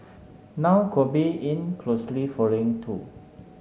now Kobe in closely following too